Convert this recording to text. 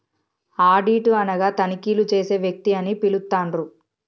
audit అనగా తనిఖీలు చేసే వ్యక్తి అని పిలుత్తండ్రు